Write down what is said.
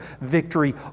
victory